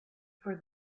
for